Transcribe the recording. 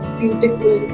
beautiful